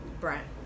Brent